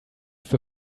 für